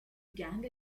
gang